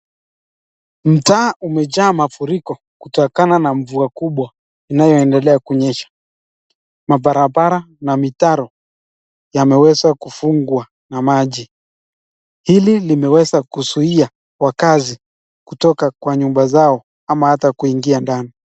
Mtaa umejaa mafuriko kutokana na mvua kubwa, inayoendelea kunyesha, mabarabara na mitaro, yameweza kufungwa na maji. Hili limeweza kuzuia wakazi kutoka kwa nyumba zao ama hata kuingia ndani.